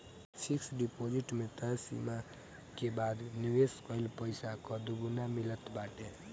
fix deposit में तय समय सीमा के बाद निवेश कईल पईसा कअ दुगुना मिलत बाटे